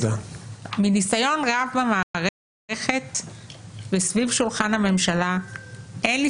מניסיון רב במערכת וסביב שולחן הממשלה אין לי